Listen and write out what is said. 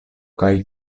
kaj